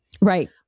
right